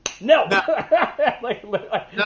no